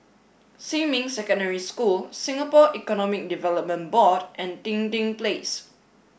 Xinmin Secondary School Singapore Economic Development Board and Dinding Place